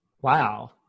Wow